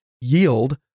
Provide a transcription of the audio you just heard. yield